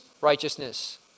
righteousness